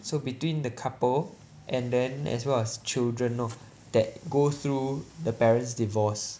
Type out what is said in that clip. so between the couple and then as well as children lor that go through the parents' divorce